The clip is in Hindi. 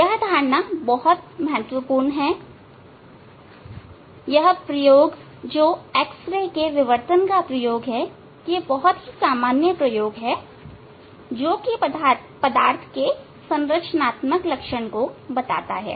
यह धारणा बहुत महत्वपूर्ण है एक प्रयोग जो एक्स रे के विवर्तन का प्रयोग है वह बहुत ही सामान्य प्रयोग है जो पदार्थ के संरचनात्मक लक्षण को बताता है